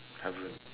haven't